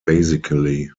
basically